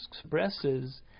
expresses